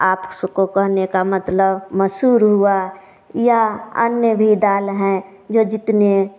आप सबको कहने का मतलब मसूर हुआ या अन्य भी दाल हैं जो जितने